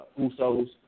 Usos